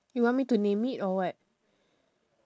you want me to name it or what